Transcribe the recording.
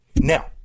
Now